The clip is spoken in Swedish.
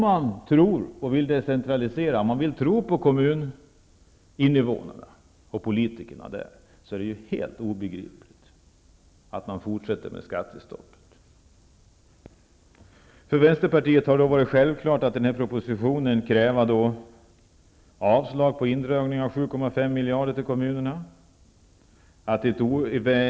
Det är helt oberipligt att skattestoppet fortsätter att gälla när man tror på kommuninvånarna och politikerna. Vänsterpartiet har i samband med denna proposition krävt avslag på indragningarna av de talet.